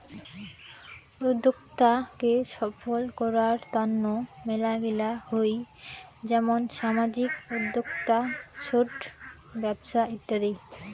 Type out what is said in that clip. উদ্যোক্তা কে সফল করার তন্ন মেলাগিলা হই যেমন সামাজিক উদ্যোক্তা, ছোট ব্যপছা ইত্যাদি